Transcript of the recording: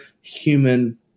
human